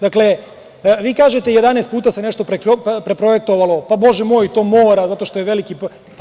Dakle, vi kažete, 11 puta se nešto projektovalo, Bože moj, to mora, zato što je veliki projekat.